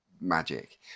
magic